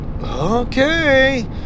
okay